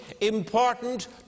important